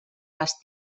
les